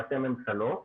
ראשי ממשלות.